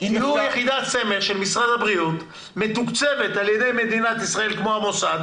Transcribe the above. תהיו יחידת סמך של משרד הבריאות מתוקצבת על ידי מדינת ישראל כמו המוסד